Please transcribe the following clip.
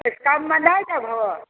किछु कममे नहि देबहु